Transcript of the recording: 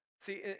See